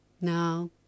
Now